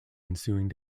ensuing